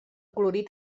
colorit